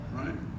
right